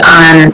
on